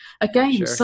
again